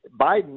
Biden